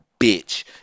bitch